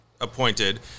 appointed